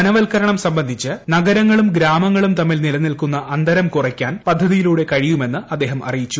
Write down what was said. വനവത്ക്കരണം സംബന്ധിച്ച് നഗരങ്ങളും ഗ്രാമങ്ങളും തമ്മിൽ നിലനിൽക്കുന്ന അന്തരം കുറക്കാൻ പദ്ധതിയിലൂടെ കഴിയുമെന്ന് അദ്ദേഹം അറിയിച്ചു